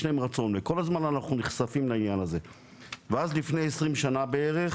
להם רצון וכל הזמן אנחנו נחשפים לעניין הזה ואז לפני 20 שנה בערך,